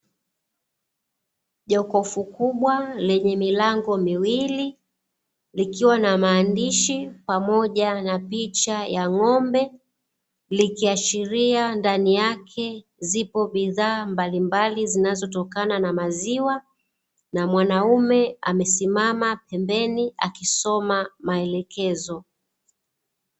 Jokofu kubwa lenye milango miwili, likiwa na maandishi pamoja na picha ya ng’ombe, likiashiria ndani yake zipo bidhaa mbalimbali zinazotokana na maziwa. Na mwanaume amesimama pembeni akisoma maelekezo.